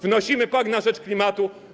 Wnosimy pakt na rzecz klimatu.